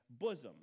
bosom